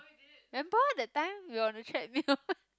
remember that time we were on the threadmill